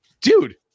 dude